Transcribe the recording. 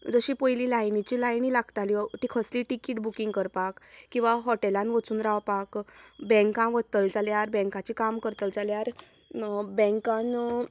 जशी पयली लायनिची लायनी लागताल्यो की कसली टिकीट बुकींग करपाक किंवां हॉटेलांत वचून रावपाक बँका वतली जाल्यार बँकाचें काम करतली जाल्यार बँकान